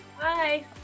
Bye